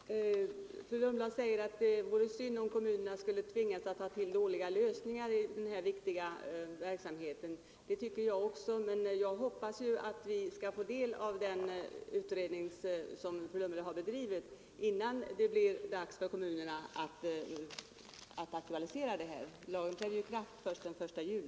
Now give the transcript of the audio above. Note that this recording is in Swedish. Fru talman! Fru Lundblad säger att det vore synd om kommunerna skulle tvingas till dåliga lösningar i denna viktiga verksamhet. Det tycker jag också, men jag hoppas att vi skall få del av den utredning som fru Lundblad har bedrivit innan det är dags för kommunerna att aktualisera detta. Lagen träder ju i kraft först den 1 juli.